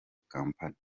kompanyi